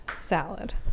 salad